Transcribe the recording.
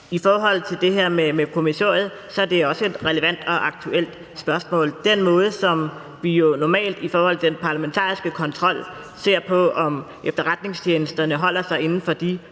I forhold til det her med kommissoriet er det også et relevant og aktuelt spørgsmål. Den måde, som vi jo normalt i forhold til den parlamentariske kontrol ser på, om efterretningstjenesterne holder sig inden for de